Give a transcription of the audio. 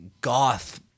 goth